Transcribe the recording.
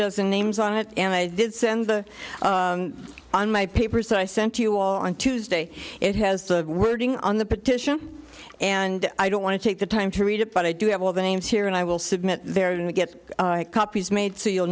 dozen names on it and i did send the on my paper so i sent you all on tuesday it has the wording on the petition and i don't want to take the time to read it but i do have all the names here and i will submit there and get copies made so you'll